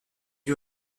lui